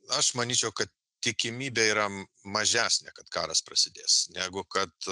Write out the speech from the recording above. aš manyčiau ka tikimybė yra m mažesnė kad karas prasidės negu kad